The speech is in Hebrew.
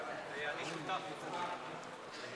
לאנשים עם מוגבלות (תיקון מס'